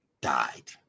died